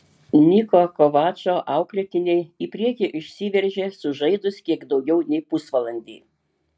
niko kovačo auklėtiniai į priekį išsiveržė sužaidus kiek daugiau nei pusvalandį